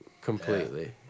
completely